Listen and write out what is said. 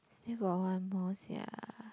still got one more sia